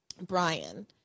Brian